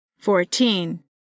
Fourteen